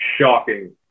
shocking